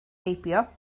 heibio